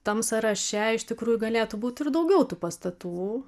tam sąraše iš tikrųjų galėtų būt ir daugiau tų pastatų